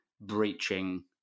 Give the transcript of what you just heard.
breaching